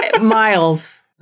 Miles